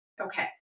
okay